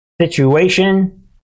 situation